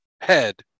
head